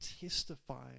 testifying